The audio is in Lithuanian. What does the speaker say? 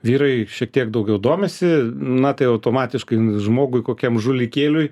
vyrai šiek tiek daugiau domisi na tai automatiškai žmogui kokiam žulikėliui